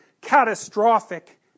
catastrophic